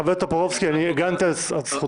חבר כנסת טופורובסקי, אני הגנתי על זכותך.